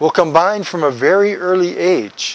will combine from a very early age